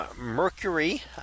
Mercury